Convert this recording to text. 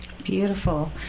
Beautiful